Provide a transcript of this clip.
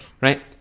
Right